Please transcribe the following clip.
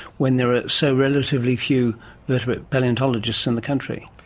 when there are so relatively few vertebrate palaeontologists in the country?